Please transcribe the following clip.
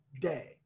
day